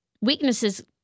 weaknesses